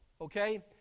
Okay